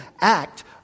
act